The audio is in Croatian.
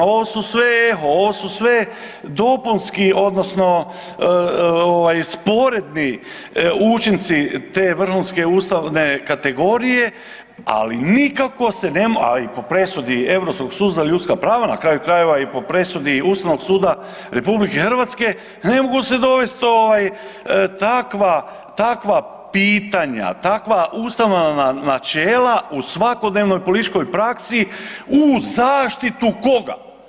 Ovo su sve eho, ovo su sve dopunski, odnosno sporedni učinci te vrhunske ustavne kategorije ali nikako se ne može, a i po presudi Europskog suda za ljudska prava i na kraju krajeva i po presudi Ustavnog suda RH ne mogu se dovesti takva pitanja, takva ustavna načela u svakodnevnoj političkoj praksi u zaštitu koga?